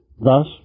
Thus